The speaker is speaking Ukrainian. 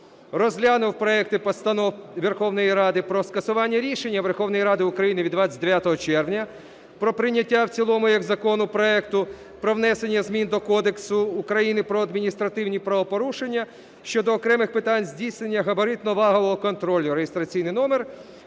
розглянув проекти постанов Верховної Ради про скасування рішення Верховної Ради України від 29 червня про прийняття в цілому як закону проекту "Про внесення змін до Кодексу України про адміністративні правопорушення" щодо окремих питань здійснення габаритно-вагового контролю (реєстраційний номер